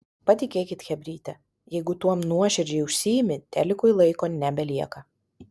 patikėkit chebryte jeigu tuom nuoširdžiai užsiimi telikui laiko nebelieka